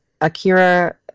Akira